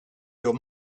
your